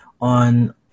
on